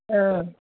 अँ